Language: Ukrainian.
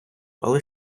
але